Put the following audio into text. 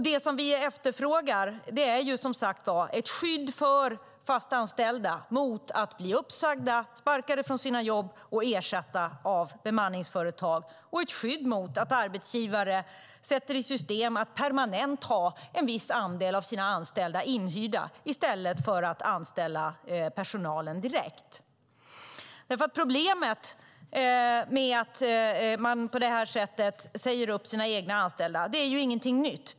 Det vi efterfrågar är som sagt ett skydd för fast anställda mot att bli uppsagda, sparkade från sina jobb och ersatta av bemanningsföretag och ett skydd mot att arbetsgivare sätter i system att permanent ha en viss andel av sina anställda inhyrda i stället för att anställa personalen direkt. Att på detta sätt säga upp sina anställda är inget nytt problem.